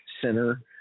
Center